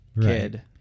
kid